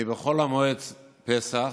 אני בחול המועד פסח,